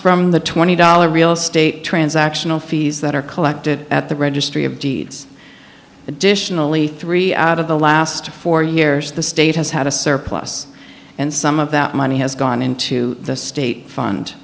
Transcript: from the twenty dollars real state transactional fees that are collected at the registry of deeds additionally three out of the last four years the state has had a surplus and some of that money has gone into the state fund